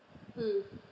mm